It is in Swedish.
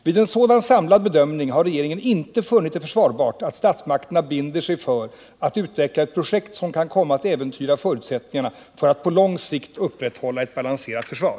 Vid en sådan samlad bedömning har regeringen inte funnit det försvarbart att statsmakterna binder sig för att utveckla ett projekt, som kan komma att äventyra förutsättningarna för att på lång sikt upprätthålla ett balanserat försvar.